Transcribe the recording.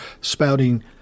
spouting